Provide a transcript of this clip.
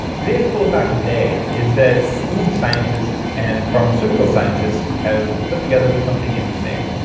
today's cool fact of the day is that food scientists and pharmaceutical scientists have put together something interesting.